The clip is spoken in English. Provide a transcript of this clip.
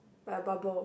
like a bubble